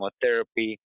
chemotherapy